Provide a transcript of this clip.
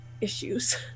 issues